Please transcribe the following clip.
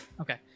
Okay